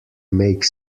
make